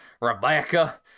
Rebecca